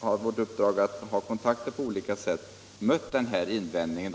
som har vårt uppdrag att ta kontakter med olika företag mött den invändningen.